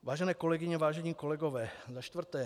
Vážené kolegyně, vážení kolegové, za čtvrté.